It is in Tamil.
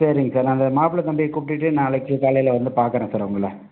சரிங்க சார் நாங்கள் மாப்பிள்ளை தம்பியை கூப்பிடுட்டு நாளைக்கு காலையில் வந்து பார்க்கறேன் சார் உங்களை